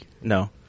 no